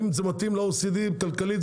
אם זה מתאים ל- OECD כלכלית,